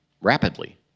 rapidly